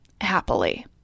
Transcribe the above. happily